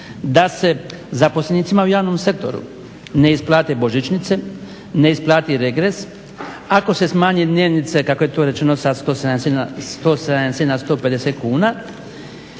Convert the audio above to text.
da se zaposlenicima u javnom sektoru ne isplate božićnice, ne isplati regres, ako se smanje dnevnice kako je to rečeno sa 170 na 150 kuna